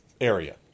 area